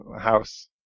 house